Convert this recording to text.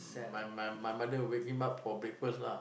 my my my mother wake him up for breakfast lah